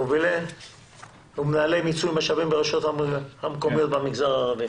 "(7) מובילי ומנהלי מיצוי משאבים ברשויות המקומיות במגזר הערבי."